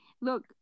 Look